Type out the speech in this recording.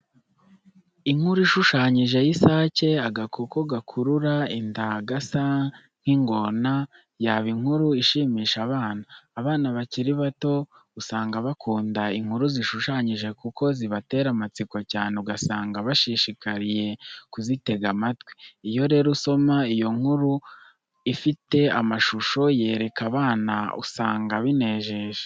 Inkuru ishushanije y'isake agakoko gakurura inda gasa nk'ingona yaba inkuru ishimisha abana. Abana bakiri bato usanga bakunda inkuru zishushanije kuko zibatera amatsiko cyane ugasanga bashishikariye kuzitega amatwi. Iyo rero usoma iyo nkuru afite amashusho yereka abana usanga binejeje.